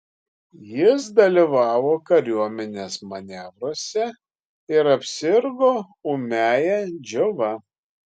jis dalyvavo kariuomenės manevruose ir apsirgo ūmiąja džiova